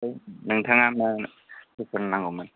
आमफाय नोंथाङा मा कुइसन नांगौमोन